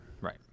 Right